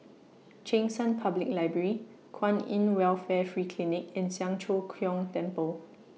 Cheng San Public Library Kwan in Welfare Free Clinic and Siang Cho Keong Temple